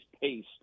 pace